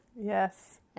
Yes